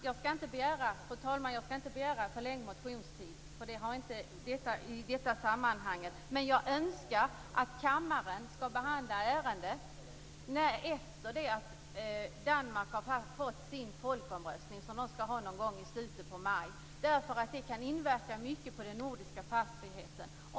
Jag skall inte begära förlängd motionstid i detta sammanhang, men jag önskar att kammaren skall behandla ärendet efter det att Danmark har haft sin folkomröstning, som de skall ha någon gång i slutet på maj. Det kan nämligen inverka mycket på den nordiska passfriheten.